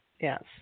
Yes